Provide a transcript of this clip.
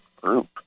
group